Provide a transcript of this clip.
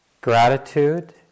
gratitude